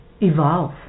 evolve